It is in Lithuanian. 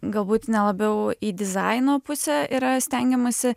galbūt ne labiau į dizaino pusę yra stengiamasi